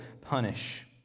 punish